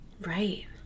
Right